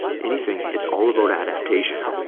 anything, it's all about adaptation.